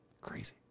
crazy